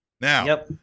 Now